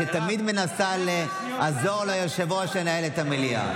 שתמיד מנסה לעזור ליושב-ראש לנהל את המליאה.